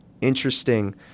interesting